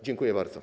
Dziękuję bardzo.